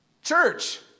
Church